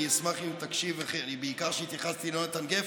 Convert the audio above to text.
אני אשמח אם תקשיב, בעיקר כשהתייחסתי ליהונתן גפן,